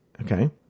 okay